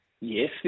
Yes